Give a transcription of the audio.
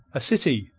a city,